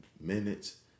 minutes